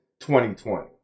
2020